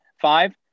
Five